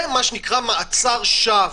זה מה שנקרא מעצר שווא,